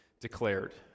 declared